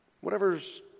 Whatever's